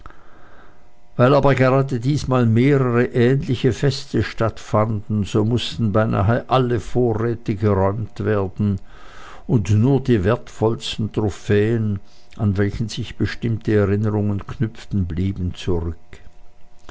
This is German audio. weil aber gerade diesmal mehrere ähnliche feste stattfanden so mußten beinahe alle vorräte geräumt werden und nur die wertvollsten trophäen an welche sich bestimmte erinnerungen knüpften blieben zurück